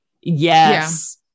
Yes